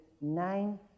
nine